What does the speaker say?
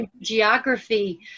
Geography